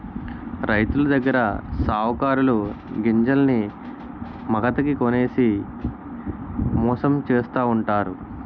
రైతులదగ్గర సావుకారులు గింజల్ని మాగతాకి కొనేసి మోసం చేస్తావుంటారు